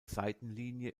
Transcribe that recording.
seitenlinie